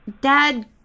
Dad